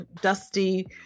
dusty